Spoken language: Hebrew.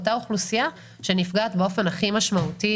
לאותה אוכלוסייה שנפגעת באופן הכי משמעותי